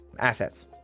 assets